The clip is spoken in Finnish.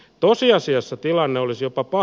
tosiasiassa tilanne olisi papa